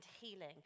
healing